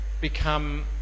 become